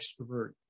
extrovert